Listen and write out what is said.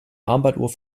armbanduhr